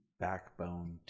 backbone